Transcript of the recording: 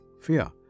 fear